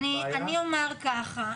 אני אומר ככה,